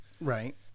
Right